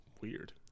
weird